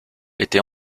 était